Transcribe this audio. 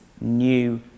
new